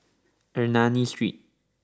Ernani Street